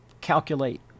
calculate